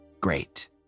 Great